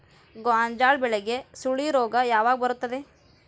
ಗೋಂಜಾಳ ಬೆಳೆಗೆ ಸುಳಿ ರೋಗ ಯಾವಾಗ ಬರುತ್ತದೆ?